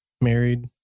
married